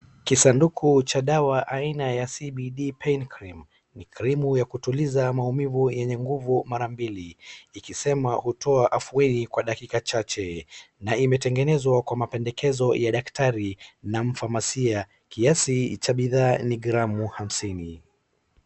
Kisanduku cha dawa aina ya CBD pain Cream ni krimu ya kupunguza maumivu yenye nguvu mara mbili ikisema hutoa afueni kwa dakika chache na imetengenezwa kwa mapendekezo ya daktari na mfamasia. Kiasi cha bidhaa ni gramu hamsini.